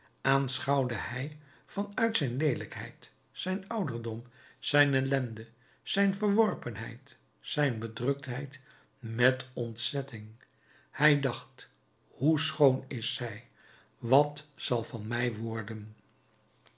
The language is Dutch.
aanschouwde hij van uit zijn leelijkheid zijn ouderdom zijn ellende zijn verworpenheid zijn bedruktheid met ontzetting hij dacht hoe schoon is zij wat zal van mij worden